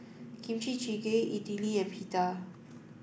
Kimchi Jjigae Idili and Pita